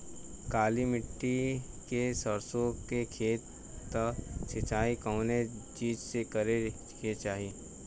काली मिट्टी के सरसों के खेत क सिंचाई कवने चीज़से करेके चाही?